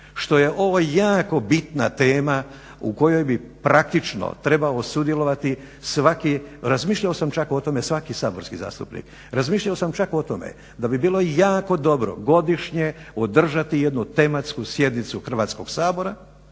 što je ovo jako bitna tema u kojoj bi praktično trebao sudjelovati svaki, razmišljao sam čak o tome, svaki saborski zastupnik. Razmišljao sam čak o tome da bi bilo jako dobro godišnje održati jednu tematsku sjednicu Hrvatskog sabora